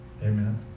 Amen